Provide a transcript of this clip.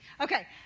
Okay